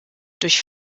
durch